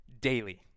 daily